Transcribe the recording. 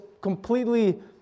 completely